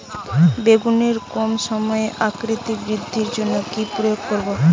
বেগুনের কম সময়ে আকৃতি বৃদ্ধির জন্য কি প্রয়োগ করব?